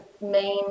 main